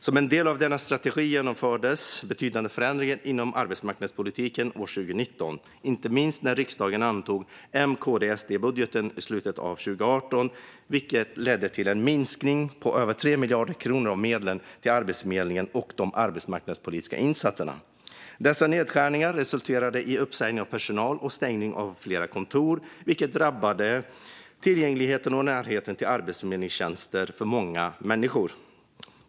Som en del av denna strategi genomfördes betydande förändringar inom arbetsmarknadspolitiken år 2019, inte minst när riksdagen antog M-KD-SD-budgeten i slutet av 2018, vilket ledde till en minskning på över 3 miljarder kronor av medlen till Arbetsförmedlingen och de arbetsmarknadspolitiska insatserna. Dessa nedskärningar resulterade i uppsägningar av personal och stängning av flera kontor, vilket drabbade tillgängligheten och närheten till Arbetsförmedlingens tjänster för många människor.